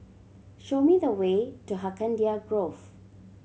show me the way to Hacienda Grove